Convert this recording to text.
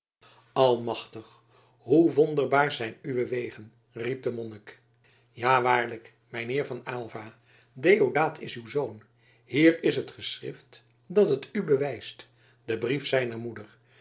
almachtige hoe wonderbaar zijn uwe wegen riep de monnik ja waarlijk mijn heer van aylva deodaat is uw zoon hier is het geschrift dat het u bewijst de brief zijner moeder